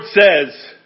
says